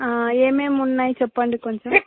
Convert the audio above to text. ఏమేం ఉన్నాయి చెప్పండి కొంచెం